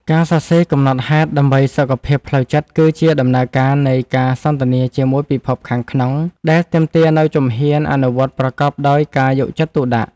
ការសរសេរកំណត់ហេតុដើម្បីសុខភាពផ្លូវចិត្ត គឺជាដំណើរការនៃការសន្ទនាជាមួយពិភពខាងក្នុង ដែលទាមទារនូវជំហានអនុវត្តប្រកបដោយការយកចិត្តទុកដាក់។